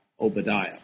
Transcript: Obadiah